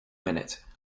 minute